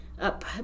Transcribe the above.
up